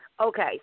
okay